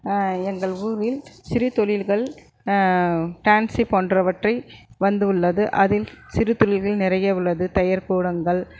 எங்கள் ஊரில் சிறு தொழில்கள் ஃபேன்சி போன்றவற்றை வந்துள்ளது அதில் சிறு தொழில்கள் நிறைய உள்ளது தையற் கூடங்கள்